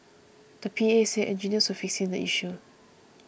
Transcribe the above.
the P A said engineers were fixing the issue